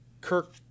Kirk